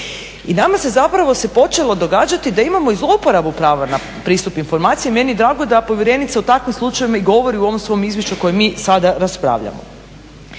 I nama se zapravo počelo događati da imamo i zlouporabu prava na pristup informacijama. Meni je drago da povjerenica o takvim slučajevima i govori u ovom svom izvješću koje mi sada raspravljamo.